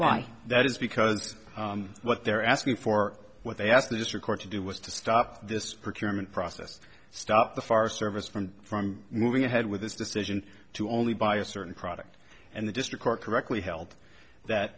why that is because what they're asking for what they ask mr court to do was to stop this program and process stop the fire service from from moving ahead with this decision to only buy a certain product and the district court correctly held that